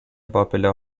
popular